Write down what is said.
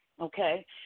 okay